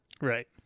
Right